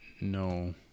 No